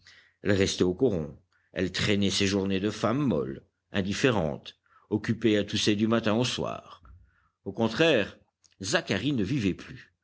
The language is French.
elle restait au coron elle traînait ses journées de femme molle indifférente occupée à tousser du matin au soir au contraire zacharie ne vivait plus